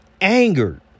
angered